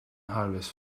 harvest